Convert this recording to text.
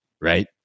Right